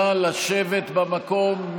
נא לשבת במקום,